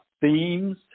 themes